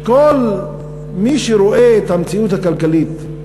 כל מי שרואה את המציאות הכלכלית,